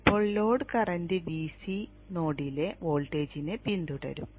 ഇപ്പോൾ load current Vc നോഡിലെ വോൾട്ടേജിനെ പിന്തുടരും